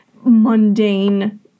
mundane